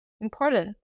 important